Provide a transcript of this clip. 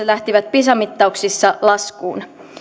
pisa mittauksissa laskuun